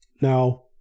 Now